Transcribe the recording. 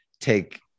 take